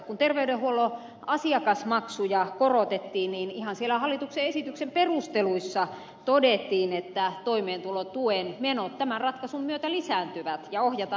kun terveydenhuollon asiakasmaksuja korotettiin niin ihan siellä hallituksen esityksen perusteluissa todettiin että toimeentulotuen menot tämän ratkaisun myötä lisääntyvät ja ohjataan ihmisiä toimeentulotukiluukulle